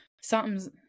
Something's